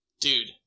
Dude